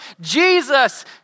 Jesus